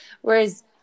Whereas